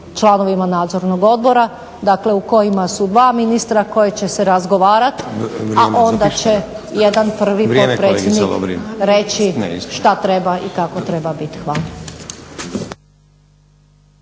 članovima nadzornog odbora dakle u kojima su dva ministra koji će se razgovarati a onda će jedan prvi potpredsjednik reći što treba i kako treba biti. Hvala.